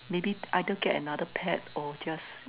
maybe either get another pet or just